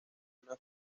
una